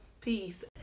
peace